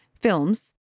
films